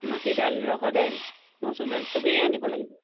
মাটি দাইল ৰহৰ দাইল মচুৰ দাইল সবেই আনিব লাগিব